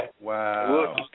Wow